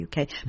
uk